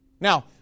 Now